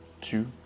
two